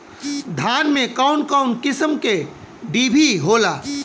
धान में कउन कउन किस्म के डिभी होला?